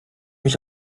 mich